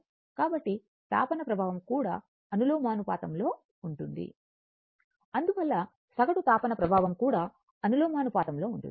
కాబట్టి తాపన ప్రభావం కూడా అనులోమానుపాతంలో ఉంటుంది అందువల్ల సగటు తాపన ప్రభావం కూడా అనులోమానుపాతంలో ఉంటుంది